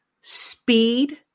Speed